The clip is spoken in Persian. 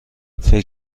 فکر